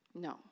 No